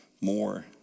more